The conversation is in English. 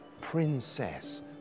princess